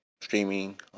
streaming